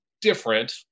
different